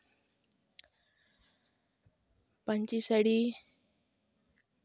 ᱯᱟᱹᱧᱪᱤ ᱥᱟᱹᱲᱤ